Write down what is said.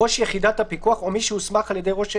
ראש יחידת הפיקוח או מי שהוסמך על ידי ראש העיר?